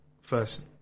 first